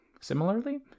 Similarly